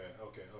okay